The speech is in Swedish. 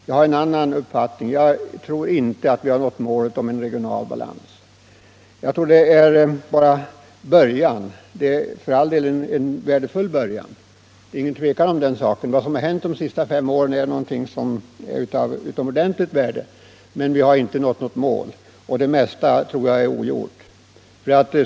Jag har en annan uppfattning — jag tror inte vi har nått målet att få till stånd en regional balans. Det är bara början — för all del en värdefull början. Det råder inget tvivel om att vad som hänt under de senaste fem åren är av utomordentligt värde, men vi har inte nått målet utan det mesta är ogjort.